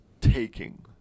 taking